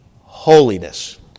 holiness